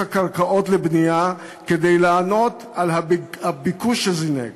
הקרקעות לבנייה כדי לענות על הביקוש שזינק.